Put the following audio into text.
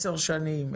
עשר שנים,